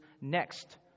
next